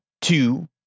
two